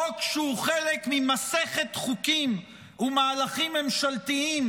חוק שהוא חלק ממסכת חוקים ומהלכים ממשלתיים